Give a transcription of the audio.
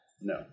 No